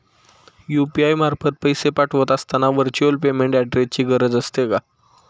UPI मार्फत पैसे पाठवत असताना व्हर्च्युअल पेमेंट ऍड्रेसची गरज असते का?